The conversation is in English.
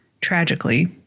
Tragically